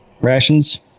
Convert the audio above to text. rations